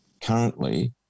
currently